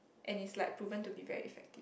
and it's like proven to be very effective